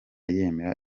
yemera